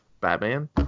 Batman